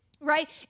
right